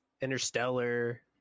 Interstellar